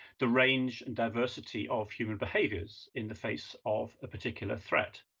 the range and diversity of human behaviors in the face of a particular threat,